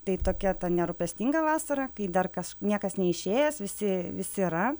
tai tokia ta nerūpestinga vasara kai dar kaš niekas neišėjęs visi visi yra